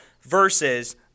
Versus